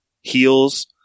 heels